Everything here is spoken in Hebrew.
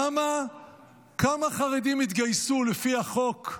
כמה חרדים יתגייסו לפי החוק,